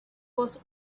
was